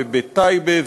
ובטייבה,